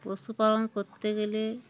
পশুপালন করতে গেলে